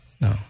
no